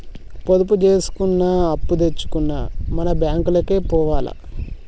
పొదుపు జేసుకున్నా, అప్పుదెచ్చుకున్నా మన బాంకులకే పోవాల